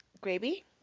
Gravy